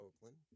oakland